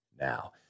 now